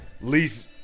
least